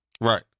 Right